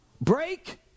break